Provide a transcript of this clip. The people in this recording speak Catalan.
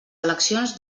eleccions